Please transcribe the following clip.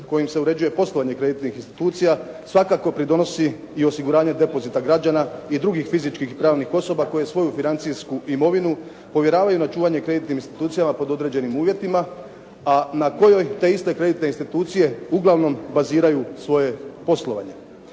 kojim se uređuje poslovanje kreditnih institucija svakako pridonosi i osiguranje depozita građana i drugih fizičkih i pravnih osoba koje svoju financijsku imovinu povjeravaju na čuvanje kreditnim institucijama pod određenim uvjetima a na kojoj te iste kreditne institucije uglavnom baziraju svoje poslovanje.